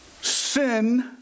sin